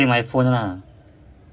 oh still iphone lah